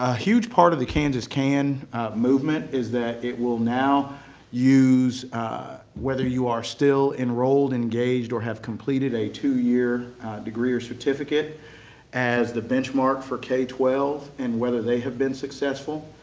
ah huge part of the kansas can movement is that it will now use whether you are still enrolled, engaged, or have completed a two-year degree or certificate as the benchmark for k twelve and whether they have been successful.